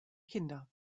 kinder